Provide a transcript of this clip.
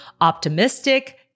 optimistic